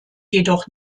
jedoch